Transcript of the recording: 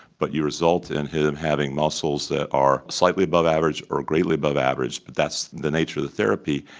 but you result in him having muscles that are slightly above average or greatly above average, but that's the nature of the therapy,